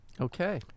Okay